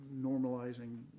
normalizing